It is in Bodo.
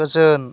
गोजोन